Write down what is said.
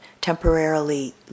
temporarily